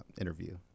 interview